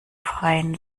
freien